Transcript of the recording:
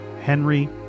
Henry